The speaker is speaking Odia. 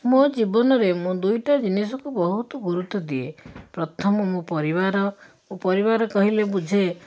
ମୋ ଜୀବନରେ ମୁଁ ଦୁଇଟା ଜିନିଷକୁ ବହୁତ ଗୁରୁତ୍ୱ ଦିଏ ପ୍ରଥମ ମୋ ପରିବାର ଓ ପରିବାର କହିଲେ ବୁଝେ